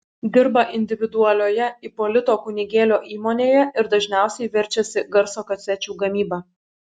dirba individualioje ipolito kunigėlio įmonėje ir dažniausiai verčiasi garso kasečių gamyba